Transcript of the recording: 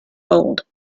gold